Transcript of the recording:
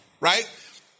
right